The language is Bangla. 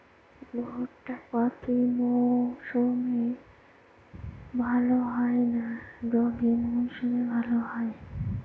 ভুট্টা খরিফ মৌসুমে ভাল হয় না রবি মৌসুমে ভাল হয়?